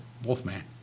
Wolfman